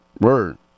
word